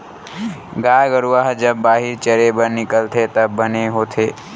गाय गरूवा ह जब बाहिर चरे बर निकलथे त बने होथे